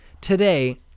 today